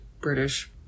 British